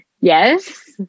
Yes